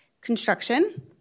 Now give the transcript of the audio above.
construction